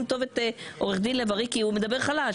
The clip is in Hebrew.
טוב את עורך דין בן ארי כי הוא מדבר חלש,